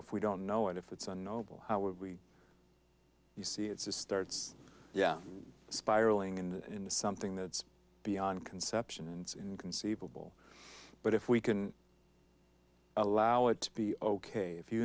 if we don't know if it's unknowable how would we you see it's starts yeah spiraling and into something that's beyond conception and inconceivable but if we can allow it to be ok if you